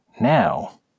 Now